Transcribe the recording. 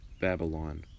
Babylon